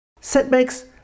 Setbacks